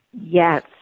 Yes